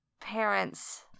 parents